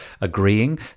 agreeing